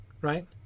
Right